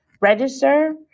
Register